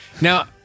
Now